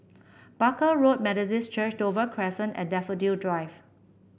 Barker Road Methodist Church Dover Crescent and Daffodil Drive